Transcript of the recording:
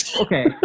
okay